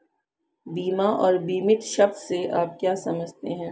बीमा और बीमित शब्द से आप क्या समझते हैं?